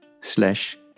slash